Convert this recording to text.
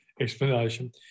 explanation